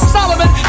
Solomon